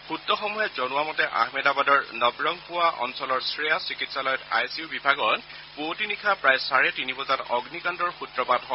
সূত্ৰসমূহে জনোৱা মতে আহমেদাবাদৰ নৱৰঙপুৱা অঞ্চলৰ শ্ৰেয়া চিকিৎসালয়ত আই চি ইউ বিভাগত পুৱতি নিশা প্ৰায় চাৰে তিনি বজাত অগ্নিকাণ্ডৰ সূত্ৰপাত হয়